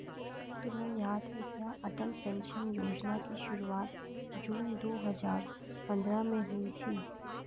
तुम्हें याद है क्या अटल पेंशन योजना की शुरुआत जून दो हजार पंद्रह में हुई थी?